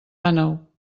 àneu